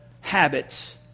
habits